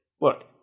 Look